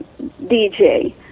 DJ